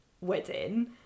wedding